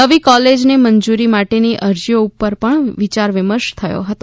નવી કોલેજ ને મંજૂરી માટેની અરજીઓ ઉપર પણ વિચાર વિમર્શ થયો હતો